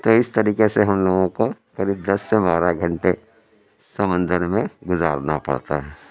تو اس طریقے سے ہم لوگوں کو قریب دس سے بارہ گھنٹے سمندر میں گذارنا پڑتا ہے